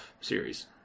series